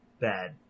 bad